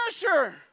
pressure